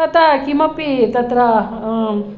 तत् किमपि तत्र